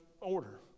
order